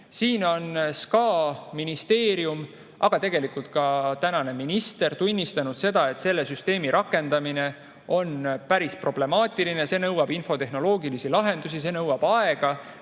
nii? SKA, ministeerium ja tegelikult ka tänane minister on tunnistanud seda, et selle süsteemi rakendamine on päris problemaatiline. See nõuab infotehnoloogilisi lahendusi, see nõuab aega